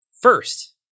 First